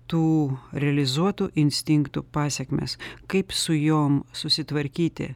tų realizuotų instinktų pasekmes kaip su jom susitvarkyti